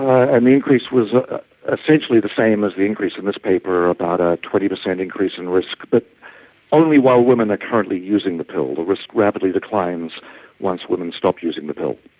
and the increase was essentially the same as the increase in this paper, about a twenty percent increase in risk, but only while women are currently using the pill. the risk rapidly declines once women stop using the pill.